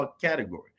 category